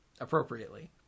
appropriately